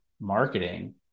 marketing